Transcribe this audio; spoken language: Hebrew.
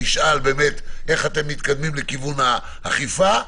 נשאל איך אתם מתקדמים לכיוון האכיפה.